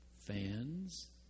fans